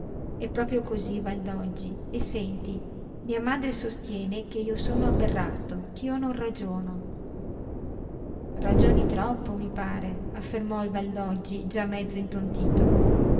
è proprio così valdoggi e senti mia madre sostiene ch'io sono aberrato ch'io non ragiono ragioni troppo mi pare affermò il valdoggi già mezzo intontito